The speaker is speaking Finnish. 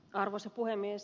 arvoisa puhemies